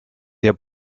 der